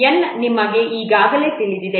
N ನಿಮಗೆ ಈಗಾಗಲೇ ತಿಳಿದಿದೆ